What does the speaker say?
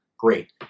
great